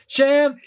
Sham